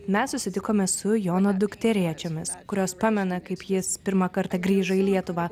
mes susitikome su jono dukterėčiomis kurios pamena kaip jis pirmą kartą grįžo į lietuvą